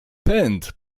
pęd